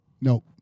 no